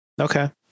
Okay